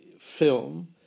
Film